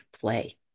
play